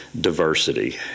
diversity